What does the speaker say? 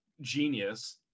genius